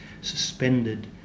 suspended